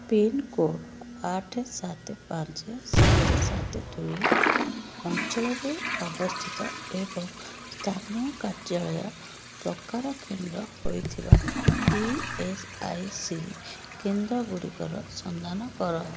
pincode ଆଠ ସାତ ପାଞ୍ଚ ସାତ ସାତ ଦୁଇ ଅଞ୍ଚଳରେ ଅବସ୍ଥିତ ଏବଂ ସ୍ଥାନୀୟ କାର୍ଯ୍ୟାଳୟ ପ୍ରକାର କେନ୍ଦ୍ର ହୋଇଥିବା ଇ ଏସ୍ ଆଇ ସି କେନ୍ଦ୍ର ଗୁଡ଼ିକର ସନ୍ଧାନ କର